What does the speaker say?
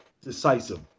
decisive